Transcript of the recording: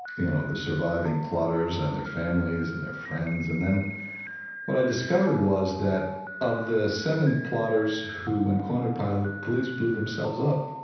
you know, the surviving plotters and their families and their friends. and then what i discovered was that of the seven plotters who, when cornered by like police blew themselves up,